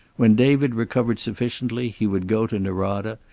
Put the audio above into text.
when david recovered sufficiently he would go to norada,